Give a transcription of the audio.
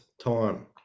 time